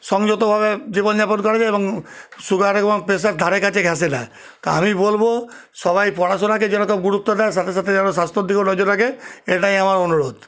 সংযতভাবে জীবন যাপন করা যায় এবং সুগার এবং প্রেসার ধারে কাছে ঘেঁষে না তা আমি বলবো সবাই পড়াশোনাকে যেরকম গুরুত্ব দেয় সাথে সাথে যেন স্বাস্থ্যের দিকেও নজর রাখে এটাই আমার অনুরোধ